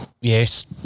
yes